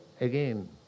again